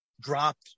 dropped